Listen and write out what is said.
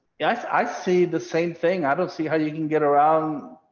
yes, i say the same thing. i don't see how you can get around,